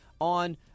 on